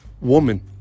woman